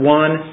one